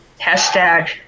Hashtag